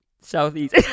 southeast